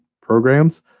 programs